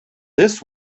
this